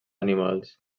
animals